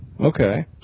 Okay